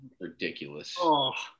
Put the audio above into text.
ridiculous